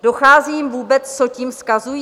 Dochází jim vůbec, co tím vzkazují?